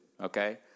okay